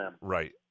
right